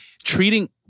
Treating